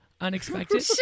unexpected